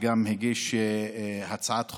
שגם הגיש הצעת חוק,